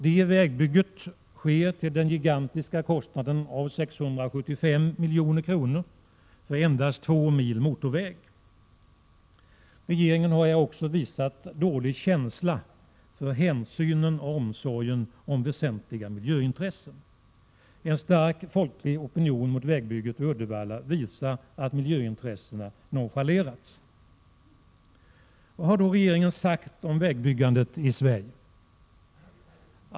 Det vägbygget sker till den gigantiska kostnaden av 675 milj.kr., för endast två mil motorväg. Regeringen har här också visat dålig känsla för hänsynen till och omsorgen om väsentliga miljöintressen. En stark folklig opinion mot vägbygget vid Uddevalla visar att miljöintressena har nonchalerats. Vad har riksdagen sagt om vägbyggandet i Sverige?